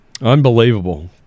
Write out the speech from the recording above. Unbelievable